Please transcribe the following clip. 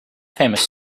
famous